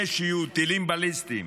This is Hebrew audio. טילי שיוט, טילים בליסטיים.